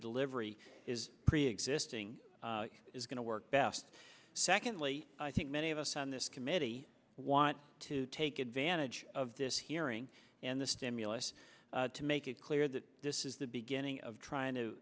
delivery is preexisting is going to work best secondly i think many of us on this committee want to take advantage of this hearing and the stimulus to make it clear that this is the beginning of trying to